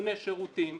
שמכונה "שירותים",